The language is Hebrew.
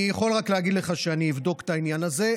אני יכול רק להגיד לך שאני אבדוק את העניין הזה.